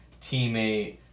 teammate